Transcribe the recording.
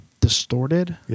distorted